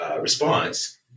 response